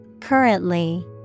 Currently